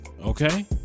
Okay